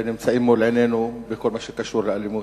נמצאים מול עינינו בכל מה שקשור לאלימות.